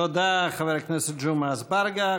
תודה, חבר הכנסת ג'מעה אזברגה.